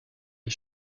les